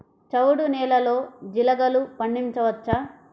చవుడు నేలలో జీలగలు పండించవచ్చా?